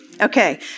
Okay